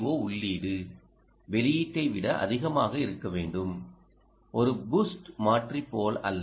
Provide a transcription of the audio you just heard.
ஓ உள்ளீடு வெளியீட்டை விட அதிகமாக இருக்க வேண்டும் ஒரு பூஸ்ட் மாற்றி போலல்ல